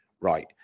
right